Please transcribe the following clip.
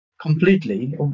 completely